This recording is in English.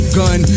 gun